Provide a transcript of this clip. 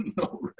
no